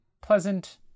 pleasant